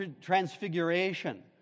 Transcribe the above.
Transfiguration